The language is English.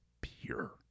pure